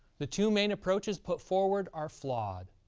the two main approaches put forward are flawed.